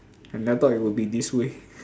I never thought it would be this way